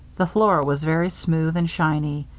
the floor was very smooth and shiny.